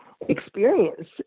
experience